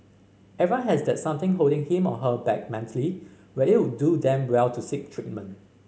everyone has that something holding him or her back mentally where it would do them well to seek treatment